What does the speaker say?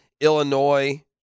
Illinois